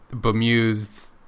bemused